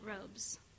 robes